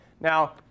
Now